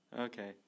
Okay